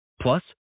Plus